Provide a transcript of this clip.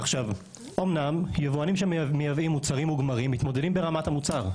אומנם יבואנים שמייבאים מוצרים מוגמרים מתמודדים ברמת המוצר,